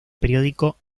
periódico